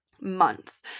months